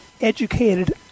educated